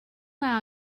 our